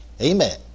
Amen